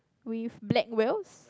with black wheels